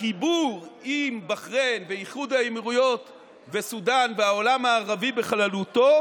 החיבור עם בחריין ואיחוד האמירויות וסודאן והעולם הערבי בכללותו